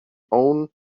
own